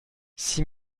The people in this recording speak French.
six